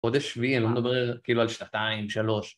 חודש שביעי, אני לא מדבר כאילו על שנתיים, שלוש